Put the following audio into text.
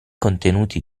contenuti